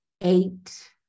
eight